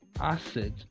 acid